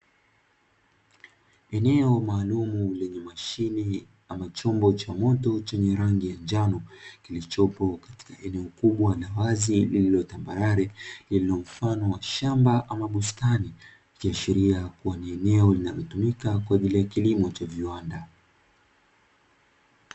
Eneo maalumu lenye mashine ama chombo cha moto chenye rangi ya njano kilichopo katika eneo kubwa la wazi lililo tambarare, lililo mfano wa shamba ama bustani; ikiashiria kuwa ni eneo linalotumika kwa ajili ya kilimo cha viwanda.